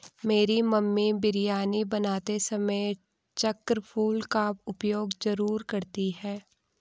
मेरी मम्मी बिरयानी बनाते समय चक्र फूल का उपयोग जरूर करती हैं